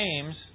James